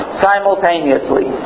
simultaneously